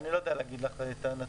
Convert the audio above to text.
אני לא יודע להגיד לך את הנתון.